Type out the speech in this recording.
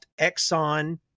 Exxon